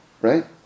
right